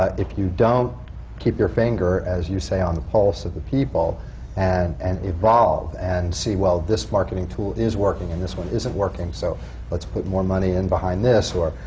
ah if you don't keep your finger, as you say, on the pulse of the people and and evolve and see, well, this marketing tool is working and this one isn't working, so let's put more money in behind this. or,